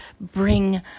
bring